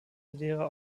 lehrer